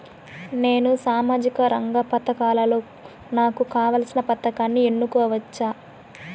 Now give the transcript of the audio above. నేను సామాజిక రంగ పథకాలలో నాకు కావాల్సిన పథకాన్ని ఎన్నుకోవచ్చా?